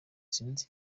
sinzi